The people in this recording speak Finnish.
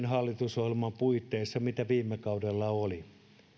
hallitusohjelman puitteissa mikä viime kaudella oli